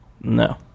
No